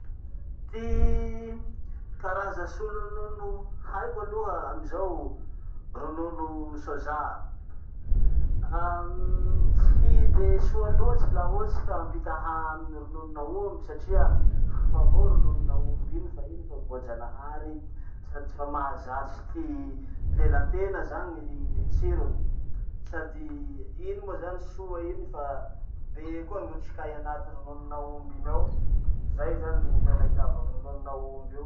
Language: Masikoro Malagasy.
Ty karaza solo ronono haiko aloha amizao: ronono soja. Tsy de soa loatsy laha ohatsy ka ampitahà amy rononon'aomby satria hafa avao rononon'aomby iny fa iny fa voajanahary, sady fa mahazatsy ty lela tena zany ny ny tsirony. Sady iny moa zany soa iny fa be koa gn'otrokay anaty rononon'aomby iny ao. Zay zany ny tena itiavako rononon'aomby io.